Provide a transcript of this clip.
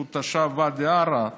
שהוא תושב ואדי עארה,